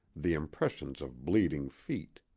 the impressions of bleeding feet.